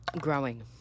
Growing